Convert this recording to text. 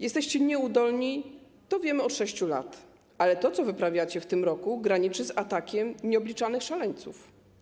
Jesteście nieudolni - to wiemy od 6 lat, ale to, co wyprawiacie w tym roku, graniczy z atakiem nieobliczalnych szaleńców.